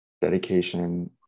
dedication